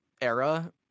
era